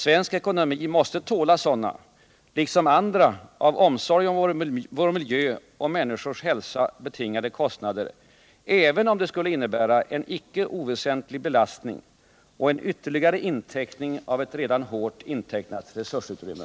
Svensk ekonomi måste tåla sådana liksom andra av omsorg om vår miljö och människors hälsa betingade kostnader, även om de skulle innebära en icke oväsentlig belastning och en ytterligare inteckning av ett redan hårt intecknat resursutrymme.